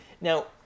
Now